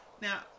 Now